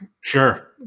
Sure